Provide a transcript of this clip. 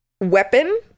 weapon